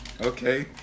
Okay